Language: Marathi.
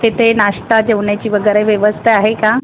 तिथे नाश्ता जेवण्याची वगैरे व्यवस्था आहे का